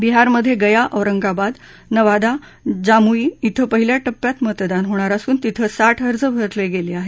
बिहारमधे गया औरंगाबाद नवादा आणि जामुयी कं पहिल्या टप्प्यात मतदान होणार असून तिथं साठ अर्ज भरले गेले आहेत